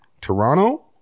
Toronto